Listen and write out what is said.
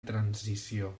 transició